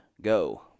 Go